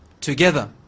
together